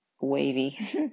wavy